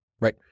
right